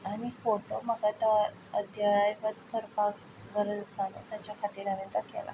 आनी फोटो म्हाका तो अध्याक करपाक गरज आसा ताचे खातीर हांवें तो केला